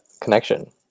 connection